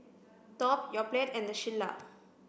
Top Yoplait and the Shilla